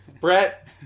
Brett